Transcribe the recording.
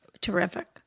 Terrific